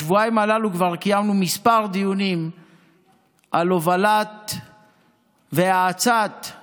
בשבועיים הללו כבר קיימנו כמה דיונים על הובלה והאצה של